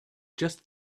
just